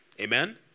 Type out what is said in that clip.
amen